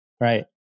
Right